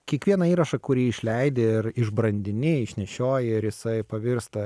kiekvieną įrašą kurį išleidi ir išbrandini išnešioji ir jisai pavirsta